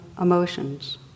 emotions